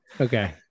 Okay